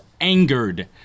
angered